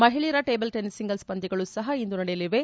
ಮಹಿಳೆಯರ table tennis singles ಪಂದ್ಯಗಳು ಸಹ ಇಂದು ನಡೆಯಲಿವೆ